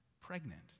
pregnant